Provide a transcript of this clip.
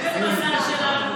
אחר כך